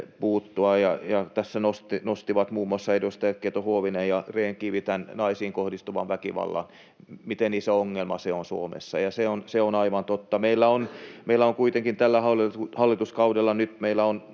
puuttua. Tässä nostivat muun muassa edustajat Keto-Huovinen ja Rehn-Kivi tämän naisiin kohdistuvan väkivallan, miten iso ongelma se on Suomessa. Se on aivan totta. Meillä on kuitenkin tällä hallituskaudella nyt naisiin